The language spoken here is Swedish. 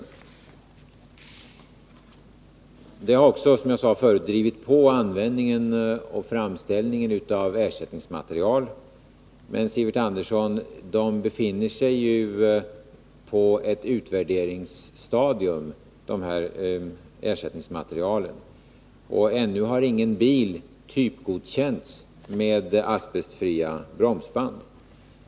Rapporterna har också, som jag förut sade, drivit på användningen och framställningen av ersättningsmaterial, men dessa befinner sig, Sivert Andersson, på ett utvärderingsstadium, och ännu har ingen bil typgodkänts med asbestfria bromsband.